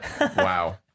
Wow